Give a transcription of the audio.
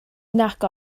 nac